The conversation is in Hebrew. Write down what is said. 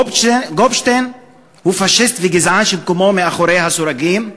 גופשטיין הוא פאשיסט וגזען שמקומו מאחורי סורגים,